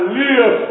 live